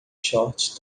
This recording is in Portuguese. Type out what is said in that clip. shorts